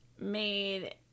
made